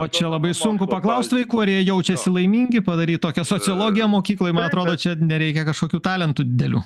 o čia labai sunku paklausti vaikų ar jie jaučiasi laimingi padaryt tokią sociologiją mokykloj man atrodo čia nereikia kažkokių talentų didelių